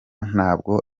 ntabwo